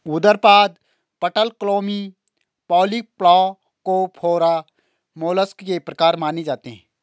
उदरपाद, पटलक्लोमी, polyplacophora, mollusc के प्रकार माने जाते है